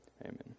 Amen